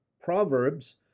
Proverbs